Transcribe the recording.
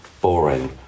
boring